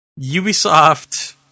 Ubisoft